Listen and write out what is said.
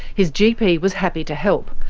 his gp was happy to help,